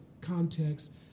context